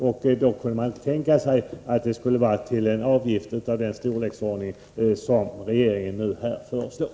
Men ingen kunde tänka sig att det skulle vara till en avgift av den storleksordning som regeringen nu föreslår.